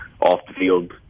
off-the-field